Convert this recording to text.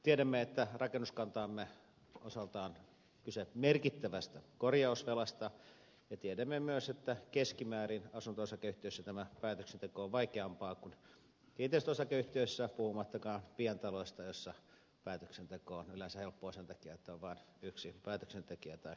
tiedämme että rakennuskantamme osalta on kyse merkittävästä korjausvelasta ja tiedämme myös että keskimäärin asunto osakeyhtiöissä tämä päätöksenteko on vaikeampaa kuin kiinteistöosakeyhtiöissä puhumattakaan pientaloista joissa päätöksenteko on yleensä helppoa sen takia että on vain yksi päätöksentekijä tai yksi perhe